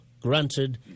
granted